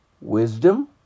wisdom